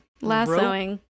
Lassoing